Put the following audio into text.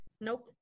Nope